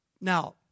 now